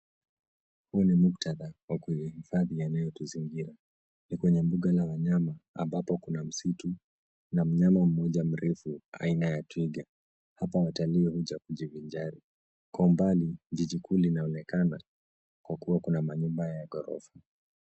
Huu ni muktadha wa kuhifadhi yanayotuzingira. Ni kwenye mbuga la wanyama ambapo kuna msitu na mnyama mmoja mrefu aina ya twiga. Hapa watalii huja kujivinjari. Kwa umbali, jiji kuu linaonekana kwa kuwa kuna manyuma ya ghrofa.